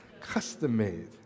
Custom-made